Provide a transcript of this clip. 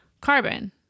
Carbon